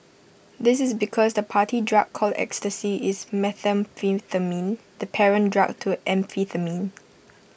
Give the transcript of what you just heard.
this is because the party drug called ecstasy is methamphetamine the parent drug to amphetamine